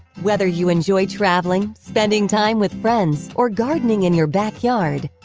whether you enjoy traveling, spending time with friends, or gardening in your backyard,